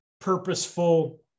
purposeful